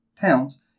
towns